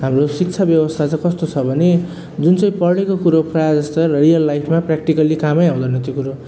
हाम्रो शिक्षा व्यवस्था चाहिँं कस्तो छ भने जुन चाहिँ पढेको कुरा प्रायः जस्तो रियल लाइफमा प्र्याक्टिकल्ली कामै आउँदैन त्यो कुरो